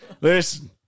Listen